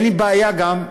אין לי בעיה גם,